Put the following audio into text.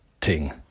ting